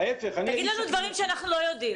תגיד לנו דברים שאנחנו לא יודעים.